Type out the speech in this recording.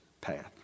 path